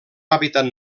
hàbitat